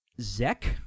Zek